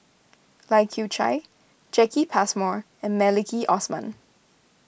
Lai Kew Chai Jacki Passmore and Maliki Osman